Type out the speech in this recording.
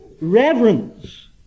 reverence